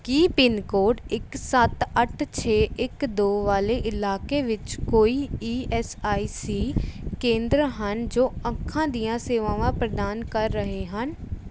ਕੀ pin code ਇੱਕ ਸੱਤ ਅੱਠ ਛੇ ਇੱਕ ਦੋ ਵਾਲੇ ਇਲਾਕੇ ਵਿੱਚ ਕੋਈ ਈ ਐੱਸ ਆਈ ਸੀ ਕੇਂਦਰ ਹਨ ਜੋ ਅੱਖਾਂ ਦੀਆਂ ਸੇਵਾਵਾਂ ਪ੍ਰਦਾਨ ਕਰ ਰਹੇ ਹਨ